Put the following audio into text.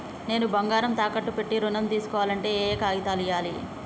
నేను బంగారం తాకట్టు పెట్టి ఋణం తీస్కోవాలంటే ఏయే కాగితాలు ఇయ్యాలి?